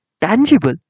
tangible